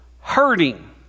hurting